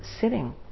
sitting